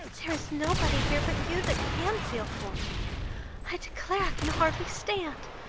there is nobody here but you, that can feel for me i declare i can hardly stand.